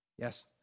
Yes